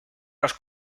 los